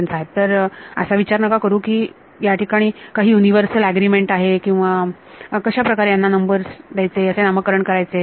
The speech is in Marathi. तर असा विचार करू नका की ह्या ठिकाणी काही युनिव्हर्सल एग्रीमेंट आहे किंवा कशाप्रकारे यांना नंबर असे नामकरण करायचे ठीक आहे